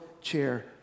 chair